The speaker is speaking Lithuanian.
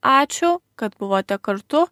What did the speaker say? ačiū kad buvote kartu